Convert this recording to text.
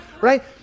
right